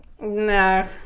no